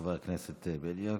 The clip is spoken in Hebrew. חבר הכנסת בליאק,